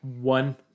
one